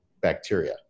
bacteria